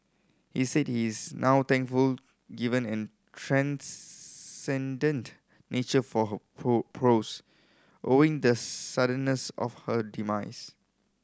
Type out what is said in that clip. he said is now thankful given and transcendent nature for her prose owing the suddenness of her demise